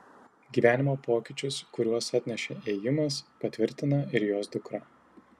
gyvenimo pokyčius kuriuos atnešė ėjimas patvirtina ir jos dukra